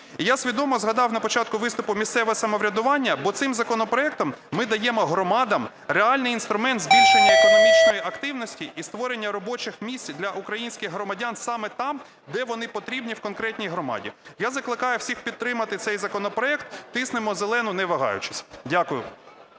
Я свідомо згадав на початку виступу місцеве самоврядування, бо цим законопроектом ми даємо громадам реальний інструмент збільшення економічної активності і створення робочих місць для українських громадян саме там, де вони потрібні в конкретній громаді. Я закликаю всіх підтримати цей законопроект. Тиснемо зелену не вагаючись. Дякую.